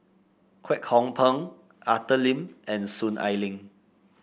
Kwek Hong Png Arthur Lim and Soon Ai Ling